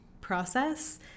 process